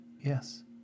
Yes